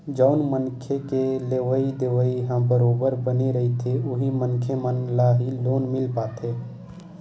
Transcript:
जउन मनखे के लेवइ देवइ ह बरोबर बने रहिथे उही मनखे मन ल ही लोन मिल पाथे